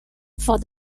for